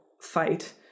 fight